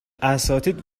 اساتید